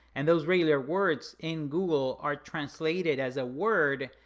and those regular words in google are translated as a word,